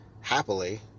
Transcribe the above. happily